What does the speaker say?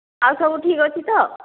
ଆଉ ସବୁ ଠିକ ଅଛି ତ